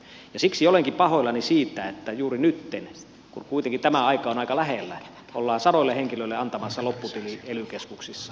ja siksi olenkin pahoillani siitä että juuri nytten kun kuitenkin tämä aika on aika lähellä ollaan sadoille henkilöille antamassa lopputili ely keskuksissa